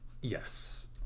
Yes